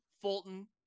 Fulton